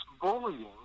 bullying